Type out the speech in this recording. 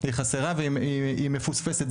היא חסרה והיא מפוספסת,